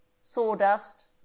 sawdust